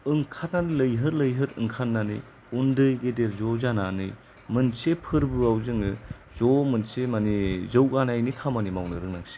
ओंखारनानै लैहोर लैहोर ओंखारनानै उन्दै गिदिर ज' जानानै मोनसे फोरबोआव जोङो ज' मोनसे माने जौगानायनि खामानि मावनो रोंनांसिगोन